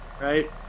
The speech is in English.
right